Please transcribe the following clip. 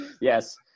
yes